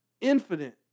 infinite